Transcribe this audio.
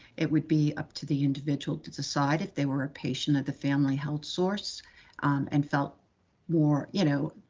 it would be up to the individual to decide if they were a patient of the family health source and felt more, you know,